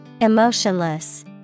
Emotionless